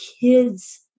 kids